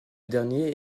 dernier